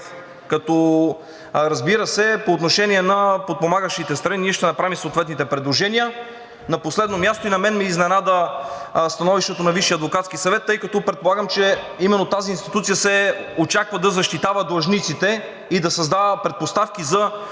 като, разбира се, по отношение на подпомагащите страни ние ще направим и съответните предложения. На последно място, и мен ме изненада становището на Висшия адвокатски съвет, тъй като предполагам, че именно тази институция се очаква да защитава длъжниците и да създава предпоставки за